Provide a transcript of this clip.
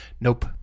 Nope